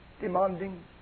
demanding